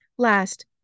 Last